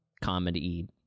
comedy